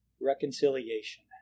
Reconciliation